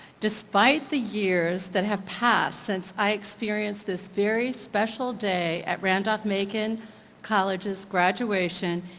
despite the years that have passed since i experienced this very special day at randolph-macon college's graduation,